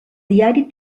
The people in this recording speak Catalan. diari